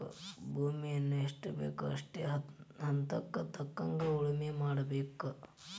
ಭೂಮಿಯನ್ನಾ ಎಷ್ಟಬೇಕೋ ಅಷ್ಟೇ ಹದಕ್ಕ ತಕ್ಕಂಗ ಉಳುಮೆ ಮಾಡಬೇಕ